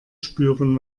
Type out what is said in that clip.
spüren